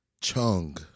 Chung